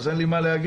אז אין לי מה להגיד,